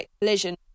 collision